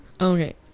Okay